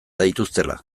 dituztela